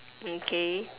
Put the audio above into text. okay